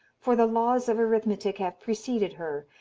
for the laws of arithmetic have preceded her,